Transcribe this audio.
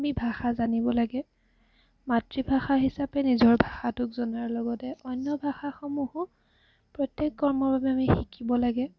আমি ভাষা জানিব লাগে মাতৃভাষা হিচাপে নিজৰ ভাষাটোক জনাৰ লগতে অন্য ভাষাসমূহো প্ৰত্যেক কৰ্মৰ বাবে আমি শিকিব লাগে